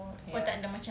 ya